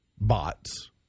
bots